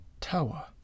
Tower